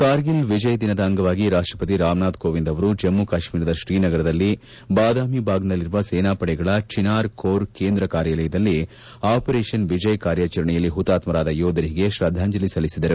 ಕಾರ್ಗಿಲ್ ವಿಜಯ ದಿನದ ಅಂಗವಾಗಿ ರಾಷ್ಲಪತಿ ರಾಮನಾಥ್ ಕೋವಿಂದ್ ಅವರು ಜಮ್ನು ಕಾಶ್ನೀರದ ಶ್ರೀನಗರದಲ್ಲಿ ಬಾದಾಮಿಬಾಗ್ನಲ್ಲಿರುವ ಸೇನಾಪಡೆಗಳ ಚಿನಾರ್ ಕೋರ್ ಕೇಂದ್ರಕಾರ್ಯಾಲಯದಲ್ಲಿ ಆಪರೇಷನ್ ವಿಜಯ್ ಕಾರ್ಲಾಚರಣೆಯಲ್ಲಿ ಹುತಾತ್ಸರಾದ ಯೋಧರಿಗೆ ಶ್ರದ್ದಾಂಜಲಿ ಸಲ್ಲಿಸಿದರು